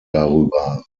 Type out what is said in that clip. darüber